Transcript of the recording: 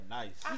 nice